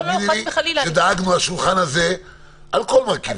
תאמיני לי שדאגנו לשולחן הזה על כל מרכיביו.